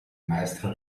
maestra